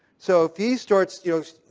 so if he starts, you know,